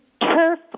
turf